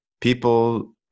people